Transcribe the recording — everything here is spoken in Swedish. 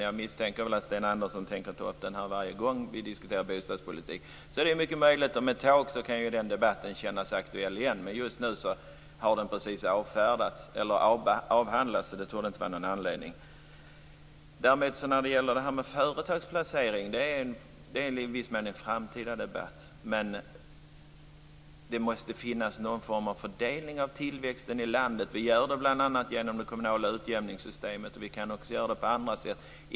Jag misstänker att Sten Andersson tänker ta upp det här varje gång vi diskuterar bostadspolitik, så det är mycket möjligt att den debatten känns aktuell igen om ett tag. Men just nu har den precis avhandlats. När det däremot gäller det här med företagsplacering är det i viss mån en framtida debatt. Det måste finnas någon form av fördelning av tillväxten i landet. Det gör det bl.a. genom det kommunala utjämningssystemet, och vi kan också göra det på andra sätt.